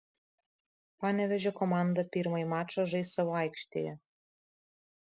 panevėžio komanda pirmąjį mačą žais savo aikštėje